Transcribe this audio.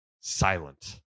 silent